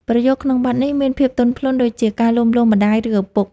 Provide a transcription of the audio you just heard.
ប្រយោគក្នុងបទនេះមានភាពទន់ភ្លន់ ដូចជាការលួងលោមម្ដាយ ឬឪពុក។